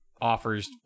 offers